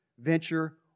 venture